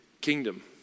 kingdom